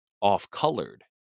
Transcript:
off-colored